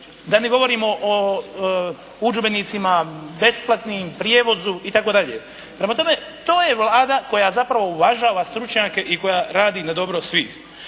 da ne govorimo o udžbenicima besplatnim, prijevozu itd. Prema tome, to je Vlada koja zapravo uvažava stručnjake i koja radi na dobro svih.